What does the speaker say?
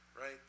Right